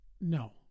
no